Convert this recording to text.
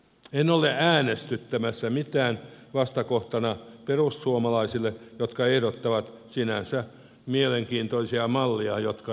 en ole äänestyttämässä mitään vastakohtana perussuomalaisille jotka ehdottavat sinänsä mielenkiintoisia malleja jotka eivät toteudu